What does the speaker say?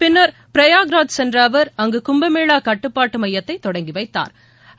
பின்னா் பிரயாக்ராஜ் சென்ற அவர் அங்கு கும்பமேளா கட்டுப்பாட்டு மையத்தை தொடங்கி வைத்தாா்